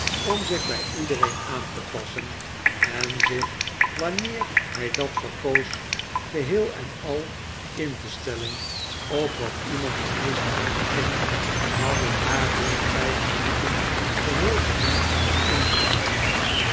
om zich bij iedereen aan te passen en zich wanneer hij dat verkoos geheel en al in te stellen op wat iemand het meest ter harte ging hadden haar binnen vijf minuten geheel voor hem ingenomen